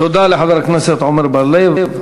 תודה לחבר הכנסת עמר בר-לב.